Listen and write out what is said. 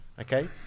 okay